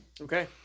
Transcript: Okay